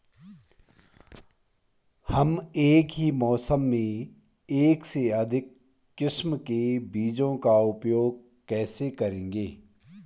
हम एक ही मौसम में एक से अधिक किस्म के बीजों का उपयोग कैसे करेंगे?